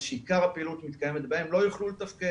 שעיקר הפעילות מתקיימת בהם לא יוכלו לתפקד.